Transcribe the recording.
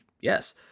yes